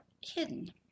hidden